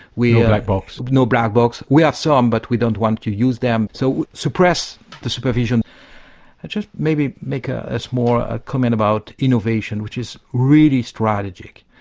black box. no black box, we have some but we don't want to use them so suppress the supervision. i just maybe make a small ah comment about innovation which is really strategic.